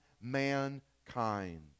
mankind